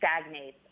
stagnates